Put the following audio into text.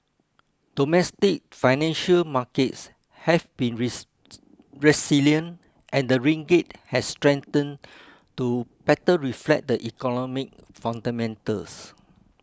domestic financial markets have been resilient and the ringgit has strengthened to better reflect the economic fundamentals